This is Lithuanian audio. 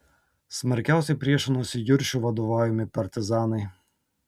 smarkiausiai priešinosi juršio vadovaujami partizanai